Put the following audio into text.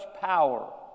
power